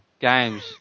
games